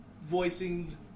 voicing